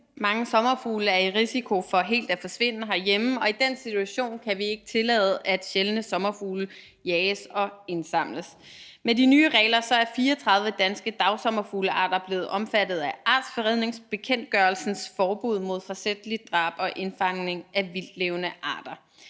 Mange sommerfugle er i risiko for helt at forsvinde herhjemme, og i den situation kan vi ikke tillade, at sjældne sommerfugle jages og indsamles. Med de nye regler er 34 danske dagsommerfuglearter blevet omfattet af artsfredningsbekendtgørelsens forbud mod forsætligt drab og indfangning af vildtlevende arter.